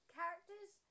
character's